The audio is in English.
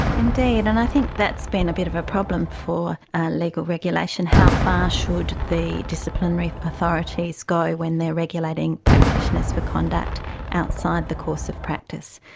indeed, and i think that's been a bit of a problem for legal regulation, how far should the disciplinary authorities go when they are regulating practitioners for conduct outside the course of practice.